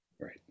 Right